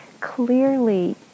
clearly